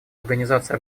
организация